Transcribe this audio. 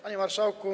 Panie Marszałku!